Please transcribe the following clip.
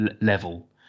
level